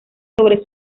sobre